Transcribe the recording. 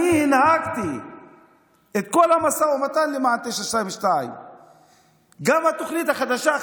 אני הנהגתי את כל המשא ומתן למען 922. גם התוכנית החדשה,